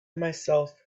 myself